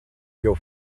your